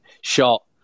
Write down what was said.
shot